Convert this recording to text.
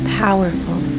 powerful